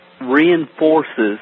reinforces